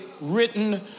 written